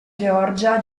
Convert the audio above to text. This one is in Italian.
georgia